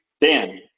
Dan